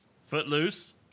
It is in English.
Footloose